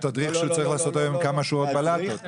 תדריך שהוא צריך לעשות היום כמה שורות בלטות.